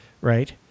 right